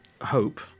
hope